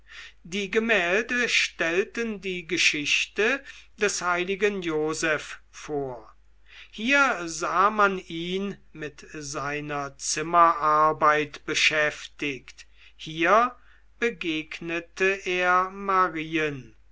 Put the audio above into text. die gemälde stellten die geschichte des heiligen joseph vor hier sah man ihn mit einer zimmerarbeit beschäftigt hier begegnete er marien